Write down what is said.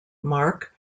mark